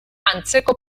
antzeko